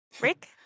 rick